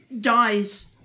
dies